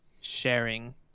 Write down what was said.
sharing